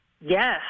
Yes